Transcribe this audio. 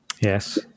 Yes